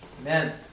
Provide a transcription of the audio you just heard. Amen